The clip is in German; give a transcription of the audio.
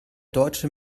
deutsche